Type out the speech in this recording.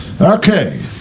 Okay